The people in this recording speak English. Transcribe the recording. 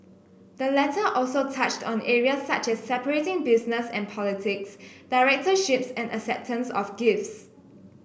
the letter also touched on areas such as separating business and politics directorships and acceptance of gifts